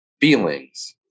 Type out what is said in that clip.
feelings